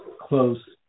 close